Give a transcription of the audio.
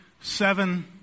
seven